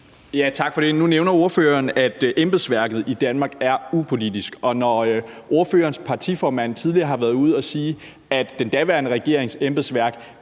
Tak for det. Nu nævner ordføreren, at embedsværket i Danmark er upolitisk, og når ordførerens partiformand tidligere har været ude at sige, at den daværende regerings embedsværk